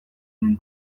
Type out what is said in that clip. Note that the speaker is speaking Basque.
duen